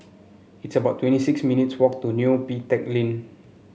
it's about twenty six minutes' walk to Neo Pee Teck Lane